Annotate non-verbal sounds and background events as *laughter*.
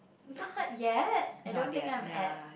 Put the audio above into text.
not *breath* yet I don't think I'm at